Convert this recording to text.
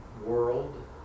world